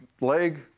leg